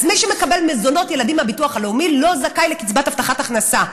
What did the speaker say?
אז מי שמקבל מזונות ילדים מהביטוח הלאומי לא זכאי לקצבת הבטחת הכנסה,